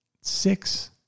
six